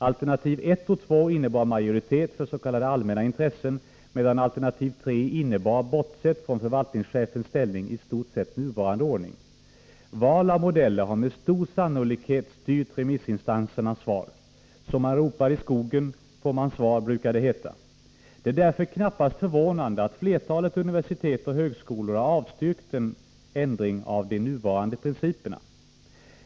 Alternativ 1 och 2 innebar majoritet för s.k. allmänna intressen, medan alternativ 3 innebar, bortsett från förvaltningschefens ställning, i stort sett nuvarande ordning. Val av modeller har med stor sannolikhet styrt remissinstansernas svar. Som man ropar i skogen får man svar, brukar det heta. Det är därför knappast förvånande att flertalet universitet och högskolor har avstyrkt en ändring av de nuvarande principerna.